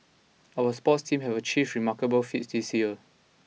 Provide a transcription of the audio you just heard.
our sports teams have achieved remarkable feats this year